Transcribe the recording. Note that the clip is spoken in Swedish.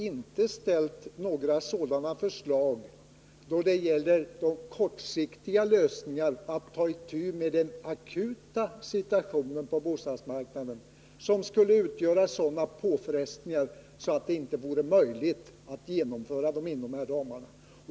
De förslag som vi från vpk:s sida har ställt om kortsiktiga lösningar för att ta itu med den akuta situationen på bostadsmarknaden skulle inte ha medfört sådana påfrestningar att de inte hade varit möjliga att genomföra inom de här ramarna.